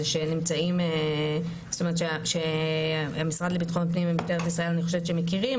שאני חושבת שהמשרד לביטחון פנים ומשטרת ישראל מכירים,